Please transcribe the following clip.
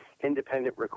independent